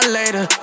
later